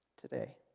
today